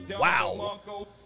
Wow